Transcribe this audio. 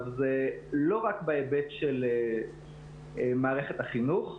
זה לא רק בהיבט של מערכת החינוך,